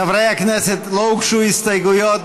חברי הכנסת, לא הוגשו הסתייגויות.